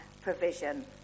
provision